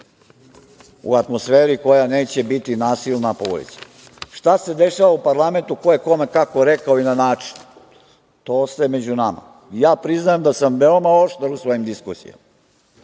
u atmosferi koja neće biti nasilna po ulicama. Šta se dešava u parlamentu, ko je kome kako rekao i način, to ostaje među nama. Priznajem da sam veoma oštar u svojim diskusijama,